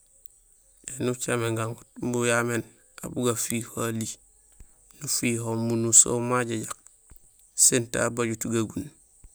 Éni ucaméén gaŋoot imbi uyaméénn, aw bugafihohali, nufiho munusohum majajak, sin ta bajut gagun.